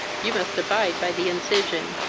you must abide by the incision.